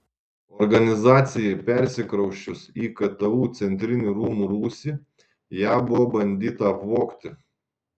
organizacijai persikrausčius į ktu centrinių rūmų rūsį ją buvo bandyta apvogti